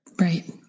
Right